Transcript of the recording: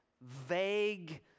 vague